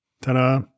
Ta-da